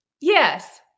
Yes